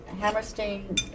Hammerstein